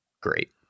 great